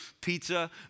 pizza